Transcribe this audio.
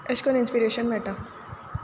एशें कोन्न इन्स्पिरेशन मेयटा